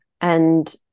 And-